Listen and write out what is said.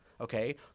Okay